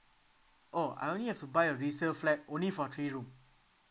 oh I only have to buy a resale flat only for three room